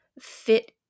fit